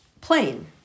plain